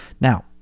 Now